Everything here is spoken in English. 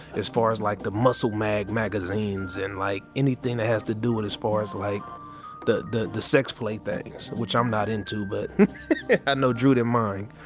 as far as like the muscle mag magazines and like anything that has to do with as far as like the, the the sex play things which i'm not into but i know drew didn't mind.